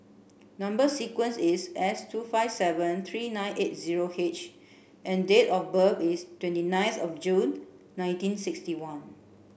number sequence is S two five seven three nine eight zero H and date of birth is twenty ninth of June nineteen sixty one